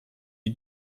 you